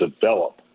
develop